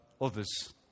others